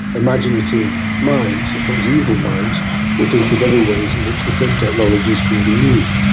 imaginative minds and perhaps evil minds will think of other ways in which the same technologies can be used.